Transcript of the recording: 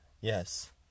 Yes